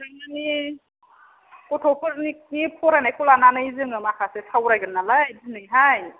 थारमानि गथ'फोरनि बे फरायनायखौ लानानै जोङो माखासे सावरायगोन नालाय दिनैहाय